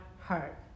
heart